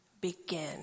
begin